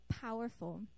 powerful